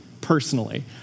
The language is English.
personally